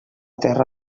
terra